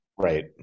Right